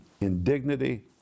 indignity